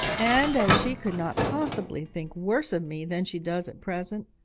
and as she could not possibly think worse of me than she does at present,